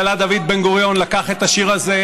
וכבר נאמר פה לפניי: ראש הממשלה דוד בן-גוריון לקח את השיר הזה,